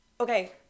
Okay